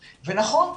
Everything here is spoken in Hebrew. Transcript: ונכון,